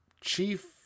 chief